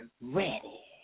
ready